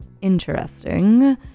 interesting